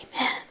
Amen